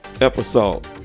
episode